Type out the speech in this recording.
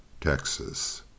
Texas